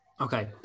Okay